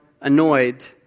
annoyed